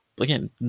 again